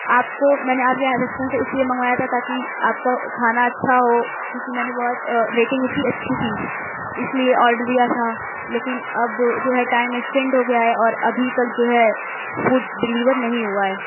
آپ کو میں نے آپ کے ریسٹورینٹ سے اِس لئے منگوایا تھا تاکہ آپ کا کھانا اچھا ہو کیونکہ میں نے بہت ریٹنگ اُس کی اچھی تھی اِس لئے آرڈر دیا تھا لیکن اب جو ہے ٹائم ایکسٹینڈ ہوگیا اور ابھی تک جو ہے فُڈ ڈلیور نہیں ہُوا ہے